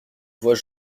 voix